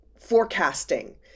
forecasting